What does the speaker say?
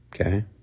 Okay